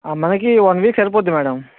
మనకి one week సరిపోతుంది madam